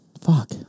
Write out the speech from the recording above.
Fuck